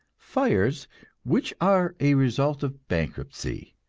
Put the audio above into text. fires which are a result of bankruptcy.